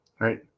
right